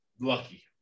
lucky